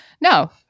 No